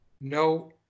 no